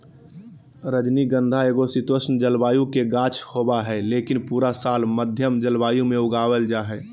रजनीगंधा एगो शीतोष्ण जलवायु के गाछ होबा हय, लेकिन पूरा साल मध्यम जलवायु मे उगावल जा हय